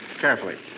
carefully